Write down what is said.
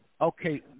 Okay